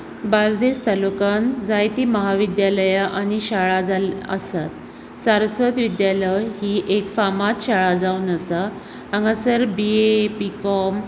बार्देस तालुक्यान जायतीं महाविद्यालयां आनी शाळा जाल्ली आसा सारस्वत विद्यालय ही एक फामाद शाळा जावन आसा हांगासर बी ए बी कॉम